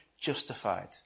justified